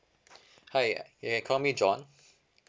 hi uh you can call me john